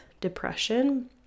depression